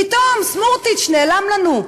פתאום סמוטריץ נעלם לנו,